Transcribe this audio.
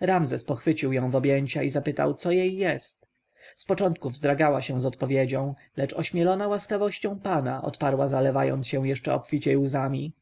ramzes pochwycił ją w objęcia i zapytał co jej jest z początku wzdragała się z odpowiedzią lecz ośmielona łaskawością pana odparła zalewając się jeszcze obficiej łzami